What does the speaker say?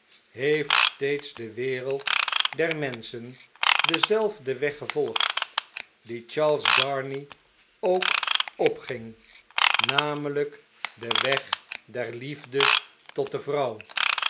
heeft steeds de wereld dermenschen denzelfden weg gevolgd dien charles darnay twee beloften ook opging namelijk den weg der liefde tot de vrouw